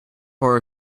bar